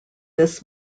this